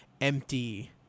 empty